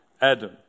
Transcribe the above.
Adam